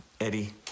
Eddie